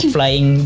Flying